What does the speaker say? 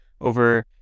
over